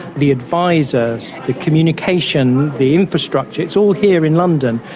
the advisers, the communication, the infrastructure, it's all here in london,